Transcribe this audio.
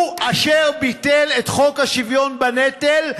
הוא אשר ביטל את חוק השוויון בנטל,